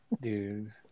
Dude